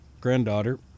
granddaughter